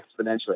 exponentially